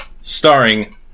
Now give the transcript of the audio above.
Starring